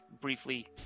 briefly